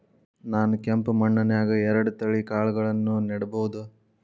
ನಾನ್ ಕೆಂಪ್ ಮಣ್ಣನ್ಯಾಗ್ ಎರಡ್ ತಳಿ ಕಾಳ್ಗಳನ್ನು ನೆಡಬೋದ?